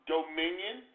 Dominion